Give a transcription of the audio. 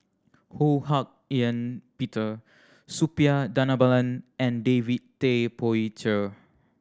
Ho Hak Ean Peter Suppiah Dhanabalan and David Tay Poey Cher